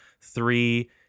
three